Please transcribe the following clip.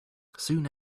soon